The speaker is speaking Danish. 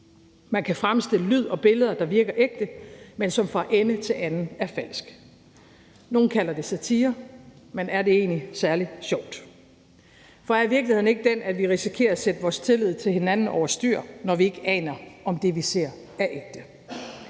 Man kan fremstille lyd og billeder, der virker ægte, men som fra ende til anden er falske. Nogle kalder det satire, men er det egentlig særlig sjovt? For er virkeligheden ikke den, at vi risikerer at sætte vores tillid til hinanden over styr, når vi ikke aner, om det, vi ser, er ægte?